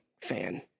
fan